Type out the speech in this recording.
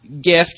gift